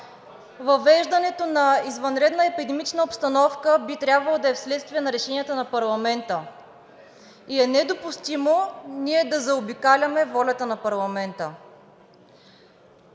Въвеждането на извънредна епидемична обстановка би трябвало да е вследствие на решенията на парламента и е недопустимо ние да заобикаляме волята на парламента.